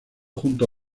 junto